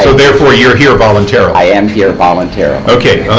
so therefore, you are here voluntarily? i am here voluntarily. okay.